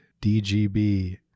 DGB